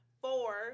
Four